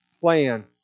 plan